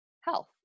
health